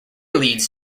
leads